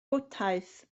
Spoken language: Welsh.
bwdhaeth